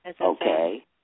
Okay